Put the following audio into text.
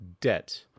debt